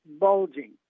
bulging